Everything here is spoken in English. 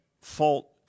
fault –